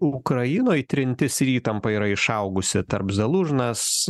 ukrainoj trintis ir įtampa yra išaugusi tarp zalūžnas